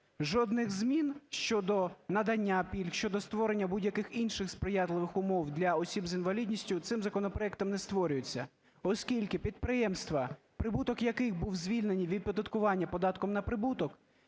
жодних змін щодо надання пільг, щодо створення будь-яких інших сприятливих умов для осіб з інвалідністю цим законопроектом не створюється, оскільки підприємства, прибуток яких був звільнений від оподаткування податком на прибуток,